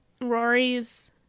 Rory's